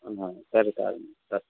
ಸರಿ